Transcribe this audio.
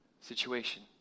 situation